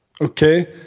Okay